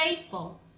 faithful